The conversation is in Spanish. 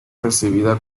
recibida